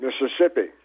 Mississippi